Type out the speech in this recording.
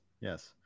Yes